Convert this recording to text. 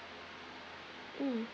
mm